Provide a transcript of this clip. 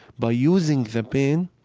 by using the pain,